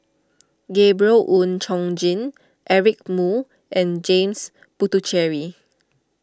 Gabriel Oon Chong Jin Eric Moo and James Puthucheary